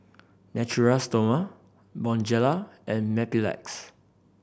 Natura Stoma Bonjela and Mepilex